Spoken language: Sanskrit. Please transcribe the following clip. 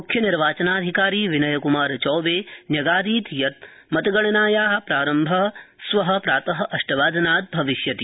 मुख्य निर्वाचनाधिकारी विनयक्मारचौबे न्यगादीत् यत् मतगणनाया प्रारम्भ प्रात अष्टवादनत भविष्यति